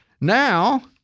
Now